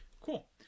Cool